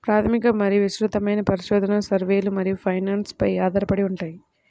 ప్రాథమిక మరియు విస్తృతమైన పరిశోధన, సర్వేలు మరియు ఫైనాన్స్ పై ఆధారపడి ఉంటాయి